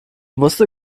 wusste